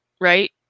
right